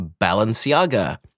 Balenciaga